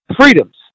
freedoms